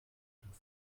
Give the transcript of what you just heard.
dürfen